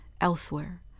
elsewhere